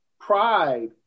pride